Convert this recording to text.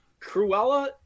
Cruella